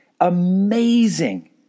Amazing